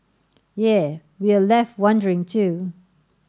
yea we're left wondering too